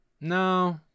no